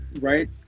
right